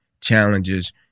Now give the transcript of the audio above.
challenges